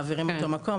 מעבירים אותו מקום,